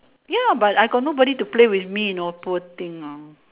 ya but I got nobody to play with me you know poor thing hor